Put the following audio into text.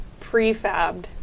prefabbed